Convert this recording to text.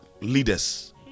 leaders